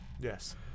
Yes